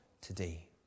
today